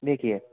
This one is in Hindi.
देखिए